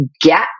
get